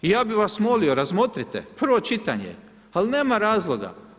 I ja bih vas molio, razmotrite, prvo čitanje, ali nema razloga.